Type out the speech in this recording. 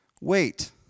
Wait